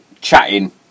chatting